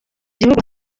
gihugu